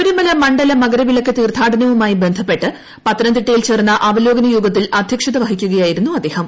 ശബരിമല മണ്ഡലമകരവിളക്ക് തീർഥാടനവുമായി ബന്ധപ്പെട്ട് പത്തനംതിട്ടയിൽ ചേർന്ന അവലോകന യോഗത്തിൽ അദ്ധ്യക്ഷത വഹിക്കുകയായിരുന്നു അദ്ദേഹം